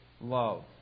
love